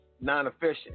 non-efficient